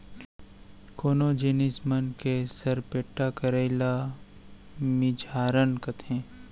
कोनो जिनिस मन के सरपेट्टा करई ल मिझारन कथें